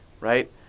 right